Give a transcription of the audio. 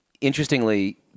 Interestingly